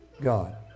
God